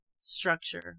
structure